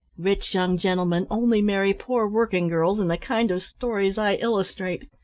rich young gentlemen only marry poor working girls in the kind of stories i illustrate.